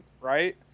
right